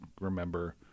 remember